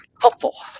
helpful